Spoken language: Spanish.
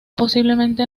posiblemente